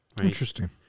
Interesting